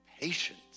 patience